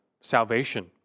salvation